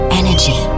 energy